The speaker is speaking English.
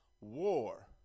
war